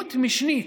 מדיניות משנית,